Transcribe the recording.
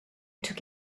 took